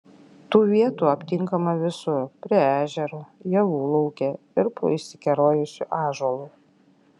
tų vietų aptinkama visur prie ežero javų lauke ir po išsikerojusiu ąžuolu